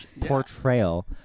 portrayal